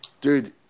Dude